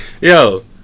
Yo